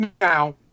Now